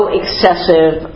excessive